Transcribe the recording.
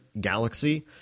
galaxy